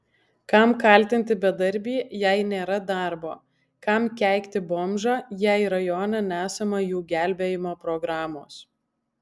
kam kaltinti bedarbį jei nėra darbo kam keikti bomžą jei rajone nesama jų gelbėjimo programos